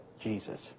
Jesus